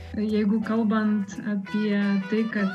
jeigu kalbant apie tai kad